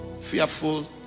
fearful